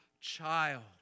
child